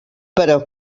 però